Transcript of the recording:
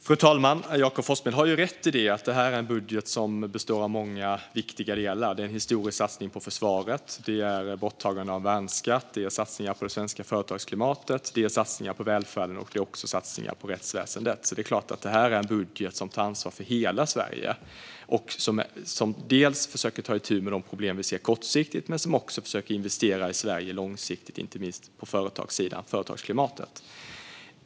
Fru talman! Jakob Forssmed har rätt i att detta är en budget som består av många viktiga delar. Det är en historisk satsning på försvaret. Det är borttagande av värnskatt. Det är satsningar på det svenska företagsklimatet. Det är satsningar på välfärden. Det är också satsningar på rättsväsendet. Det är klart att detta är en budget som tar ansvar för hela Sverige. Vi försöker ta itu med de problem vi ser kortsiktigt. Vi försöker också investera i Sverige långsiktigt. Det gäller inte minst företagssidan och företagsklimatet.